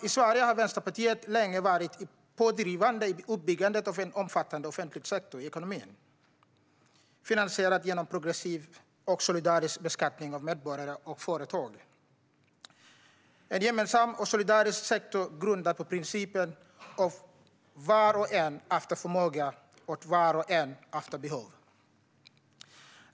I Sverige har Vänsterpartiet länge varit pådrivande i uppbyggandet av en omfattande offentlig sektor i ekonomin, finansierad genom progressiv och solidarisk beskattning av medborgare och företag - en gemensam och solidarisk sektor, grundad på principen av var och en efter förmåga, åt var och en efter behov.